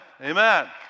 Amen